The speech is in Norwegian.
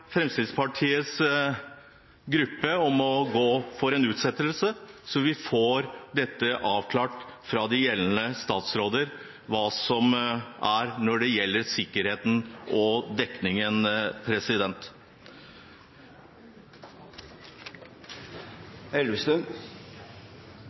Fremskrittspartiets gruppe å gå for en utsettelse, så vi får dette avklart fra de gjeldende statsråder, både når det gjelder sikkerheten og dekningen.